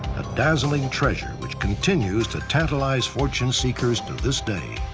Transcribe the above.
dazzling treasure which continues to tantalize fortune seekers to this day.